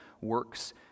works